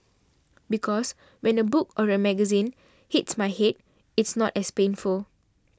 because when a book or a magazine hits my head it's not as painful